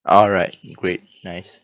alright great nice